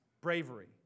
bravery